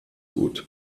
gut